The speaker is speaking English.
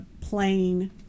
plain